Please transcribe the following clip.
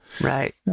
Right